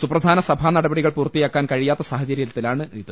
സുപ്രധാന സഭാ നടപടികൾ പൂർത്തിയാക്കാൻ കഴിയാത്ത സാഹചര്യത്തിലാണിത്